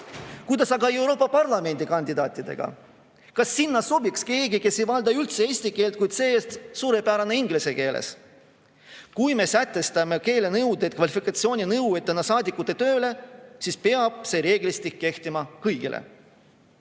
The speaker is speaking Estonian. Kuidas on aga Euroopa Parlamendi kandidaatidega? Kas sinna sobiks keegi, kes ei valda üldse eesti keelt, kuid see-eest on suurepärane inglise keele tundja? Kui me sätestame keelenõuded kvalifikatsiooninõuetena saadikute tööle, siis peab see reeglistik kehtima kõigile.